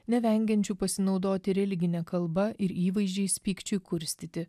nevengiančių pasinaudoti religine kalba ir įvaizdžiais pykčiui kurstyti